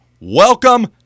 welcome